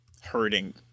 hurting